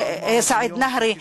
סעיד אלנהרי,